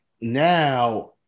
now